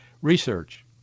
Research